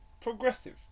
progressive